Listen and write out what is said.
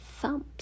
thumbs